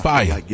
Fire